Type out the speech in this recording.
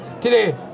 today